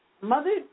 Mother